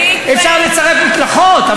אפשר לצרף מקלחות,